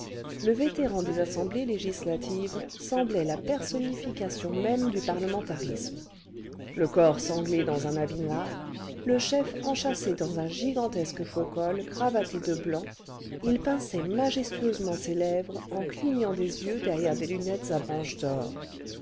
le vétéran des assemblées législatives semblait la personnification même du parlementarisme le corps sanglé dans un habit noir le chef enchâssé dans un gigantesque faux col cravaté de blanc il pinçait majestueusement ses lèvres en clignant des yeux derrière des lunettes à branches d'or